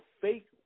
fake